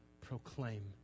proclaim